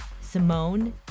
Simone